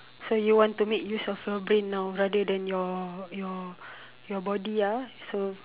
so you want to make use of your brain now rather than your your your body ah so